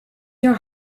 your